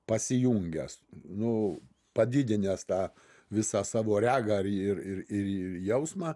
pasijungęs nu padidinęs tą visą savo regą ir ir ir ir jausmą